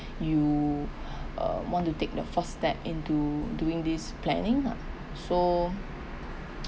you um want to take the first step into doing this planning lah so